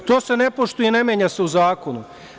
To se ne poštuje i ne menja se u zakonu.